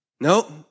Nope